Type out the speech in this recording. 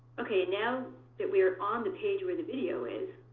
ok now that we are on the page where the video is,